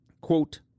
Quote